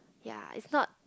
ya is not